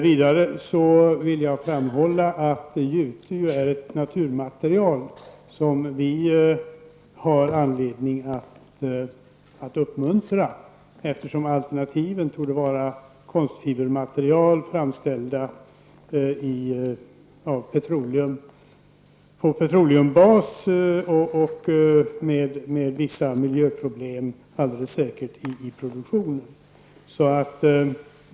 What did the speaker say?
Vidare vill jag framhålla att jute är ett naturmaterial, som vi har anledning att uppmuntra. Alternativen torde vara konstfibermaterial framställda på petroleumbas. Det förekommer säkert vissa miljöproblem i produktionen.